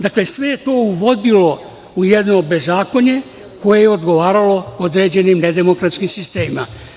Dakle, sve je to uvodilo u jedno bezakonje koje je odgovaralo određenim nedemokratskim sistemima.